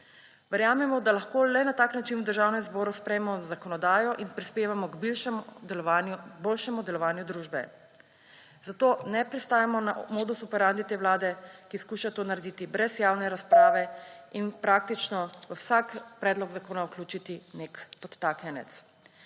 Verjamemo, da lahko le na tak način v Državnem zboru sprejemamo zakonodajo in prispevamo k boljšemu delovanju družbe. Zato ne pristajamo na modus operandi te vlade, ki skuša to narediti brez javne razprave in praktično v vsak predlog zakona vključiti nek podtaknjenec.